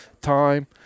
time